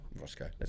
roscoe